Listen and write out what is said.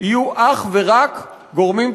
יהיו אך ורק גורמים ציבוריים,